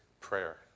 prayer